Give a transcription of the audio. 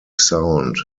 sound